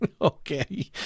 Okay